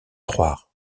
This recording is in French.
croire